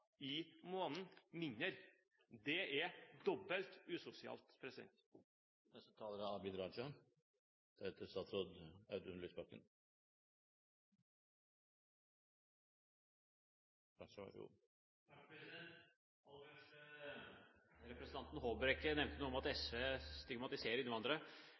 i måneden det eneste de rød-grønne har å tilby de familiene. Det er dobbelt usosialt. Aller først: Representanten Håbrekke nevnte noe om at SV stigmatiserer innvandrere.